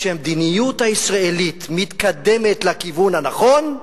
כשהמדיניות הישראלית מתקדמת לכיוון הנכון,